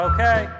Okay